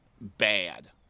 bad